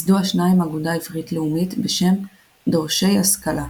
ייסדו השניים אגודה עברית-לאומית בשם "דורשי השכלה".